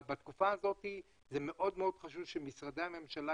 אבל בתקופה הזאת זה מאוד מאוד חשוב שמשרדי הממשלה